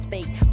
Fake